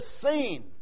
seen